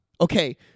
Okay